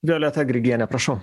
violeta grigiene prašau